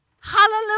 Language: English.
Hallelujah